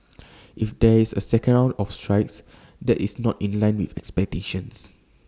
if there is A second round of strikes that is not in line with expectations